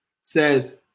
says